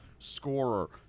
scorer